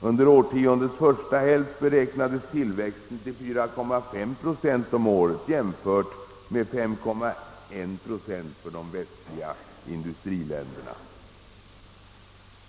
Under årtiondets första hälft beräknades tillväxten till 4,5 procent om året, jämfört med 5,1 procent för de västliga industriländerna.